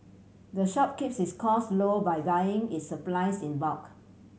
the shop keeps its costs low by buying its supplies in bulk